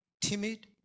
timid